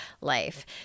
life